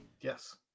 Yes